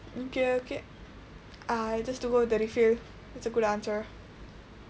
okay okay I just to go with the refill that's a good answer